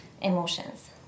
emotions